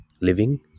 living